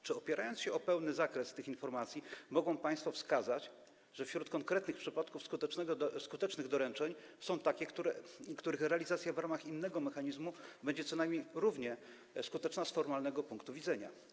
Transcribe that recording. Czy opierając się na pełnym zakresie tych informacji, mogą państwo wskazać, że wśród konkretnych przypadków skutecznych doręczeń są takie, których realizacja w ramach innego mechanizmu będzie co najmniej równie skuteczna z formalnego punktu widzenia?